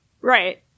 Right